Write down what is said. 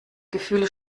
gefühle